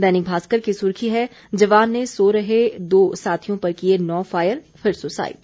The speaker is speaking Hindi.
दैनिक भास्कर की सुर्खी है जवान ने सो रहे दो साथियों पर किये नौ फायर फिर सुसाइड